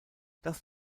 das